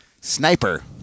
Sniper